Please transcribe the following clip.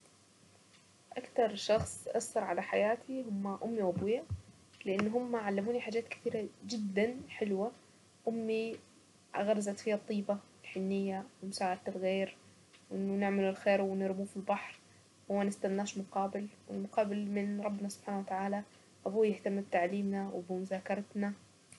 اكتر شخص اثر على حياتي لما امي وابويا لان هم علموني حاجات كثيرة جدا حلوة امي غرزت فيها الطيبة الحنية ومساعدة الغير وانه نعمل الخير ونرميه في البحر وما نستناش مقابل والمقابل من ربنا سبحانه وتعالى وابوي اهتم بتعلمينا وبمذاكرتنا.